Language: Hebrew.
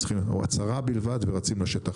או הצהרה בלבד ורצים לשטח.